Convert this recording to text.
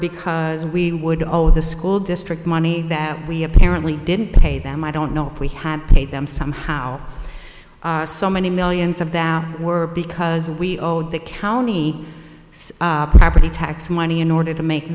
because we would all with the school district money that we apparently didn't pay them i don't know if we had paid them somehow so many millions of them were because we owed the county property tax money in order to make